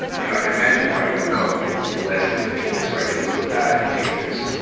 you know, i could imagine why, you know, we call it, like, less lethal force, right? people still die from tasers.